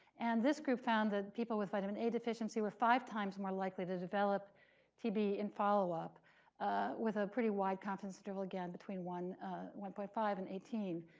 and this group found that people with vitamin a deficiency were five times more likely to develop tb in follow-up, with a pretty wide confidence interval. again, between one one point five and eighteen.